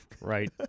Right